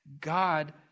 God